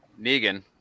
Negan